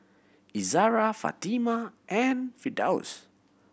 Izzara Fatimah and Firdaus